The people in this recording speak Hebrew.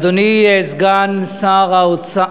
אדוני סגן שר האוצר,